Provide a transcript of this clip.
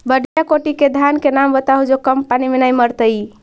बढ़िया कोटि के धान के नाम बताहु जो कम पानी में न मरतइ?